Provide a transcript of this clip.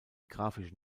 graphische